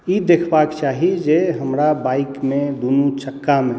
ई देखबाक चाही जे हमरा बाइकमे दुनू चक्कामे